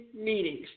meetings